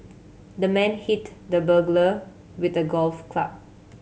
the man hit the burglar with a golf club